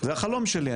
זה החלום שלי,